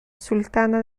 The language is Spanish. sultana